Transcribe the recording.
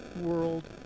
world